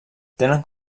tenen